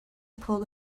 pulled